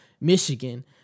Michigan